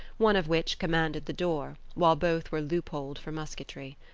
one of which commanded the door, while both were loopholed for musketry.